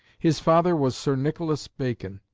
his father was sir nicholas bacon,